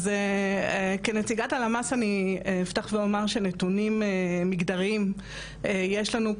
אז כנציגת הלמ"ס אני אפתח ואומר שנתונים מגדריים יש לנו,